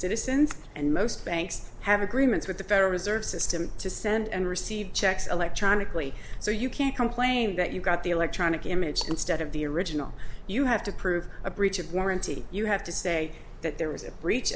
citizens and most banks have agreements with the federal reserve system to send and receive checks electronically so you can't complain that you've got the electronic image instead of the original you have to prove a breach of warranty you have to say that there was a breach